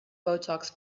botox